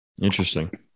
Interesting